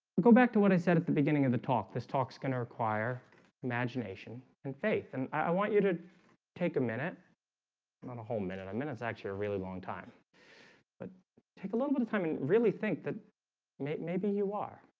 go back to what i said at the beginning of the talk this talk is gonna require imagination and faith, and i want you to take a minute and about a whole minute a minutes actually a really long time but take a little bit of time and really think that maybe maybe you are